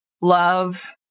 love